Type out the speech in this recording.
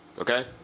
okay